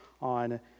on